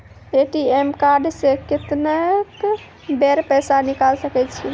ATM card से कत्तेक बेर पैसा निकाल सके छी?